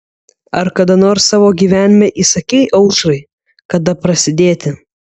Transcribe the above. ar kada nors savo gyvenime įsakei aušrai kada prasidėti